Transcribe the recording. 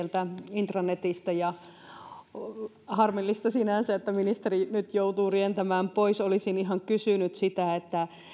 intranetistä harmillista sinänsä että ministeri nyt joutuu rientämään pois olisin ihan kysynyt sitä